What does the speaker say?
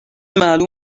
معلوم